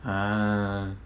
ah